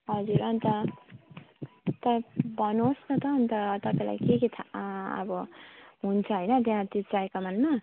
हजुर अन्त तर भन्नुहोस् न त अन्त तपाईँलाई के के थाहा अब हुन्छ होइन त्यहाँ त्यो चियाकमानमा